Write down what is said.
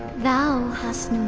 thou